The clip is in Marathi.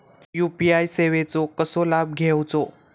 यू.पी.आय सेवाचो कसो लाभ घेवचो?